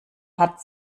hat